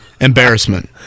Embarrassment